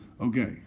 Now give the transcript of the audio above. Okay